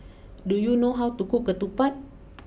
do you know how to cook Ketupat